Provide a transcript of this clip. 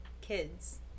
kids